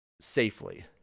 safely